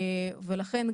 לכן,